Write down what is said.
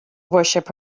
worship